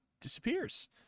disappears